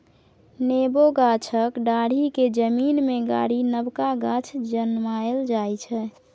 नेबो गाछक डांढ़ि केँ जमीन मे गारि नबका गाछ जनमाएल जाइ छै